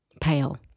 pale